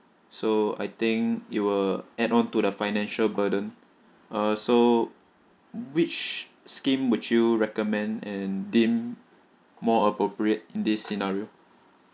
so I think it will add on to the financial burden uh so which scheme would you recommend and deem more appropriate in this scenario